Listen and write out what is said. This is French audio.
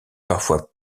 parfois